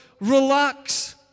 relax